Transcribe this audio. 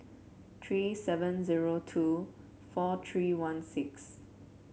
three seven zero two four three one six